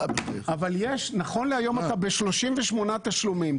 נכון להיום אתה ב-38 תשלומים.